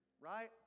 Right